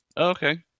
Okay